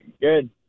good